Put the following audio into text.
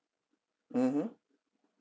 mmhmm